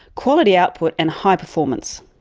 quality output and high performance.